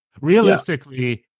Realistically